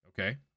Okay